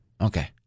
Okay